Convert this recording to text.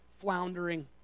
floundering